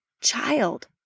child